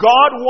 God